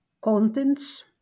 contents